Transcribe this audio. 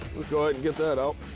we'll go ahead and get that out.